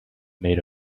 made